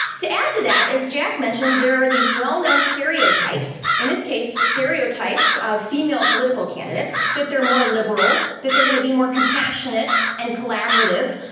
to add to that, as jack mentioned, there are these well-known stereotypes, in this case, stereotypes of female political candidates. that they're more liberal, that they're gonna be more compassionate and collaborative.